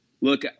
look